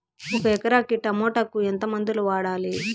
ఒక ఎకరాకి టమోటా కు ఎంత మందులు వాడాలి?